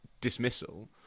dismissal